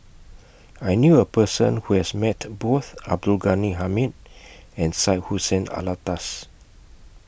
I knew A Person Who has Met Both Abdul Ghani Hamid and Syed Hussein Alatas